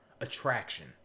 attraction